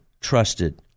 trusted